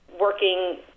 working